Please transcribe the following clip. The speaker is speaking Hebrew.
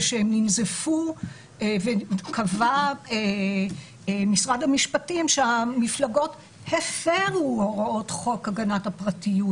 ושהם ננזפו וקבע משרד המשפטים שהמפלגות הפרו הוראות חוק הגנת הפרטיות,